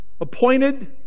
Appointed